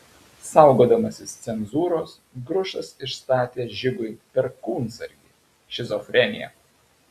saugodamasis cenzūros grušas išstatė žigui perkūnsargį šizofreniją